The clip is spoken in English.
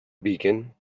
beacon